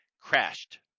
crashed